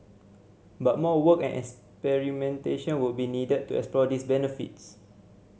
but more work and experimentation would be needed to explore these benefits